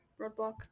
roadblock